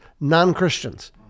Non-Christians